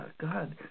God